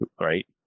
right